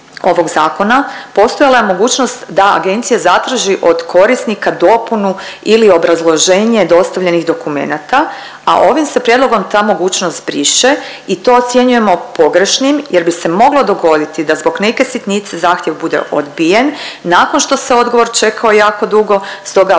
ovog zakona postojala je mogućnost da agencija zatraži od korisnika dopunu ili obrazloženje dostavljenih dokumenata, a ovim se prijedlogom ta mogućnost briše i to ocjenjujemo pogrešnim jer bi se moglo dogoditi da zbog neke sitnice zahtjev bude odbijen nakon što se odgovor čekao jako dugo.